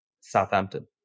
Southampton